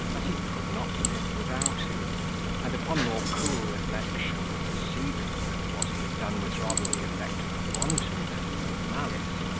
that he could not live without him and upon more cool reflection, perceiving that what he had done was rather the effect of wantonness than malice,